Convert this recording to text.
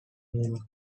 movement